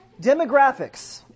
demographics